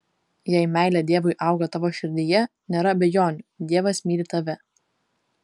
jei meilė dievui auga tavo širdyje nėra abejonių dievas myli tave